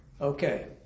Okay